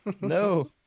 No